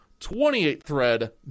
28-thread